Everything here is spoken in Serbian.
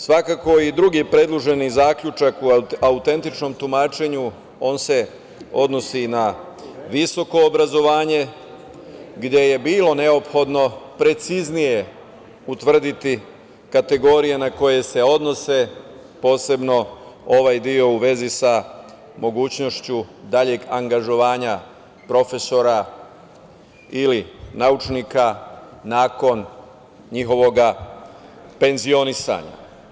Svakako i drugi predloženi zaključak o autentičnom tumačenju on se odnosi na visoko obrazovanje gde je bilo neophodno preciznije utvrditi kategorije na koje se odnose, posebno ovaj deo u vezi sa mogućnošću daljeg angažovanja profesora ili naučnika nakon njihovog penzionisanja.